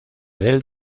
del